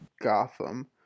Gotham